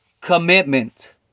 Commitment